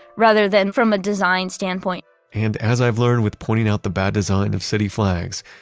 rather than from a design standpoint and as i've learned with pointing out the bad design of city flags,